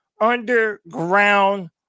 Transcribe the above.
Underground